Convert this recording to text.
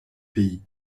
pays